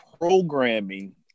programming